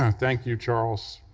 um thank you, charles,